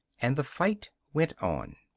and the fight went on.